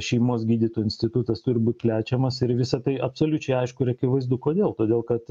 šeimos gydytojų institutas turi būt plečiamas ir visa tai absoliučiai aišku ir akivaizdu kodėl todėl kad